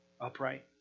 Upright